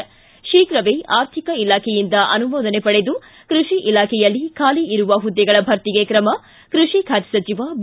ಿ ಶೀಘ್ರವಾಗಿ ಆರ್ಥಿಕ ಇಲಾಖೆಯಿಂದ ಅನುಮೋದನೆ ಪಡೆದು ಕೃಷಿ ಇಲಾಖೆಯಲ್ಲಿ ಖಾಲಿ ಇರುವ ಹುದ್ದೆಗಳ ಭರ್ತಿಗೆ ಕ್ರಮ ಕೃಷಿ ಖಾತೆ ಸಚಿವ ಬಿ